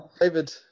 David